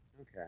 Okay